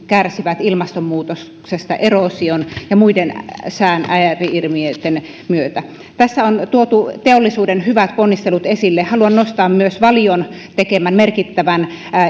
kärsivät ilmastonmuutoksesta eroosion ja muiden sään ääri ilmiöitten myötä tässä on tuotu teollisuuden hyvät ponnistelut esille haluan nostaa myös valion tekemän merkittävän